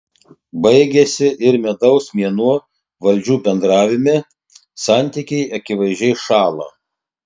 baigiasi ir medaus mėnuo valdžių bendravime santykiai akivaizdžiai šąla